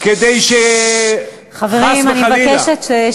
כי חס וחלילה, חברים, אני מבקשת שקט.